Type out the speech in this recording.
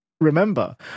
remember